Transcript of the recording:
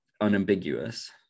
unambiguous